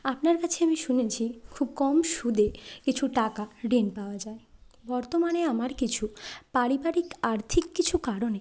আপনার কাছে আমি শুনেছি খুব কম সুদে কিছু টাকা ঋণ পাওয়া যায় বর্তমানে আমার কিছু পারিবারিক আর্থিক কিছু কারণে